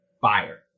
fire